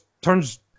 turns